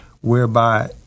whereby